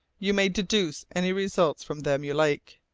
you may deduce any results from them you like.